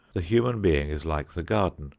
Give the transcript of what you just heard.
the human being is like the garden.